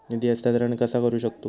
निधी हस्तांतर कसा करू शकतू?